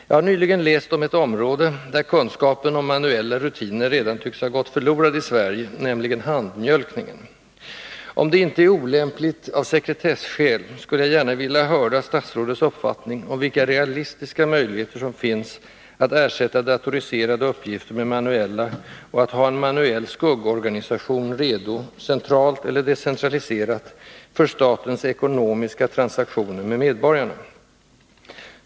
Jag har nyligen läst om ett område, där kunskapen om manuella rutiner redan tycks ha gått förlorad i Sverige, nämligen handmjölkningen. Om det inte är olämpligt av sekretesskäl skulle jag gärna vilja höra statsrådets uppfattning om vilka realistiska möjligheter som finns att ersätta datoriserade uppgifter med manuella och att ha en manuell ”skuggorganisation” redo, centralt eller decentraliserat, för statens ekonomiska transaktioner med medborgarna.